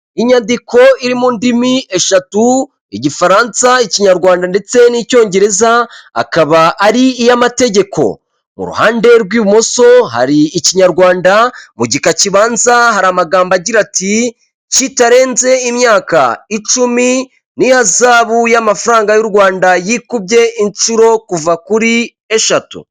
Inyandiko iri mu ndimi eshatu; igifaransa, ikinyarwanda ndetse n'icyongereza, akaba ari iy'amategeko. Mu ruhande rw'ibumoso hari ikinyarwanda mu gika kibanza hari amagambo agira ati; kitarenze imyaka icumi n'ihazabu y'amafaranga y'u Rwanda yikubye inshuro kuva kuri eshatu.